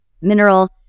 mineral